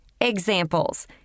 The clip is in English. Examples